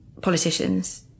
Politicians